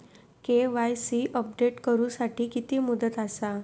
KYC update करू साठी किती मुदत आसा?